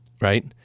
right